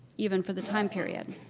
even for the time period.